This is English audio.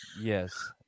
yes